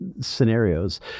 scenarios